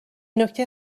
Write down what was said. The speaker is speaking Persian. نکته